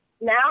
now